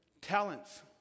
talents